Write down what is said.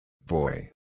Boy